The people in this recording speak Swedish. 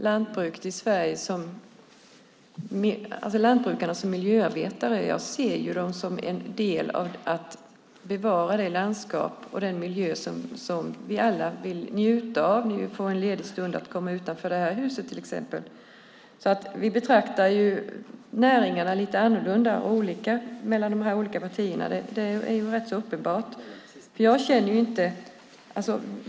Fru talman! Jag betraktar lantbrukarna i Sverige som miljöarbetare. Jag ser dem som en del i att bevara det landskap och den miljö som vi alla vill njuta av, till exempel när vi får en ledig stund och kommer utanför det här huset. Vi betraktar alltså näringarna lite olika i de olika partierna. Det är rätt uppenbart.